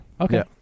Okay